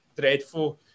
dreadful